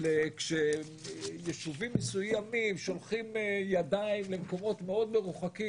אבל כשיישובים מסוימים שולחים ידיים למקומות מאוד מרוחקים